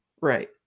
right